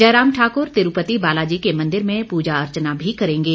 जयराम ठाकुर तिरूपति बालाजी के मंदिर में पूजा अर्चना भी करेंगे